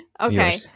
okay